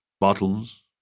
Bottles